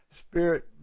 spirit